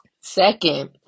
second